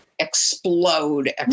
Explode